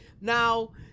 Now